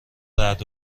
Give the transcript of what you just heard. رعد